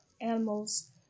animals